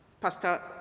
Pastor